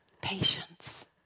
patience